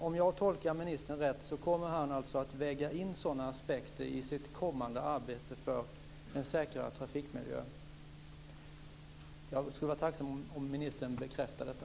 Om jag tolkar ministern rätt kommer han alltså att väga in sådana aspekter i sitt kommande arbete för en säkrare trafikmiljö. Jag skulle vara tacksam om ministern bekräftade detta.